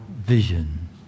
vision